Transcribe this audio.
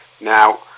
Now